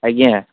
ଆଜ୍ଞା